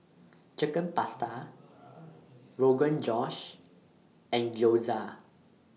Chicken Pasta Rogan Josh and Gyoza